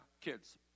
kids